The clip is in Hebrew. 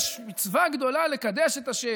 יש מצווה גדולה לקדש את השם.